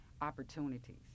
opportunities